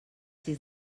sis